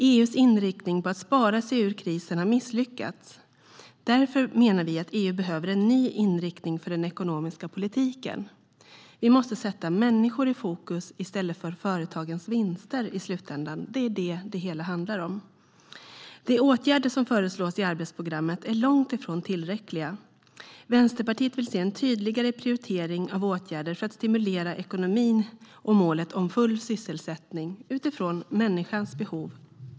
EU:s inriktning på att spara sig ur krisen har misslyckats. Därför menar vi att EU behöver en ny inriktning för den ekonomiska politiken. Vi måste sätta människor i fokus i stället för företagens vinster i slutändan. Det är det som det hela handlar om.De åtgärder som föreslås i arbetsprogrammet är långt ifrån tillräckliga. Vänsterpartiet vill se en tydligare prioritering av åtgärder för att stimulera ekonomin och målet om full sysselsättning utifrån människans behov.